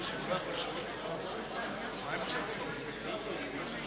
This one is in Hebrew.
: בקשת ועדת הפנים.